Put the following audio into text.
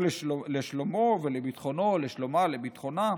לשלומו ולביטחונו או לשלומה ולביטחונה?